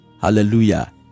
Hallelujah